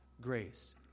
grace